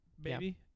baby